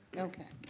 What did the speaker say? okay.